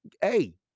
hey